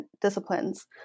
disciplines